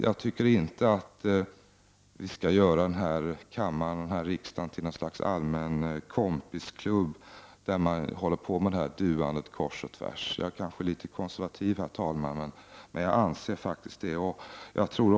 Jag tycker inte att vi skall göra riksdagen till något slags allmän kompisklubb där vi duar varandra härs och tvärs. Jag är kanske litet konservativ, herr talman, men jag anser faktiskt det.